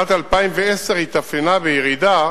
שנת 2010 התאפיינה בירידה